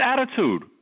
attitude